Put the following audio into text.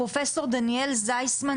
פרופ' דניאל זייפמן,